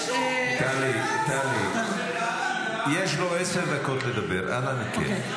--- טלי, טלי, יש לו עשר דקות לדבר, אנא מכם.